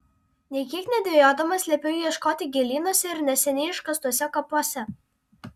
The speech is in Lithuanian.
nė kiek nedvejodamas liepiau ieškoti gėlynuose ir neseniai iškastuose kapuose